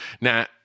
Now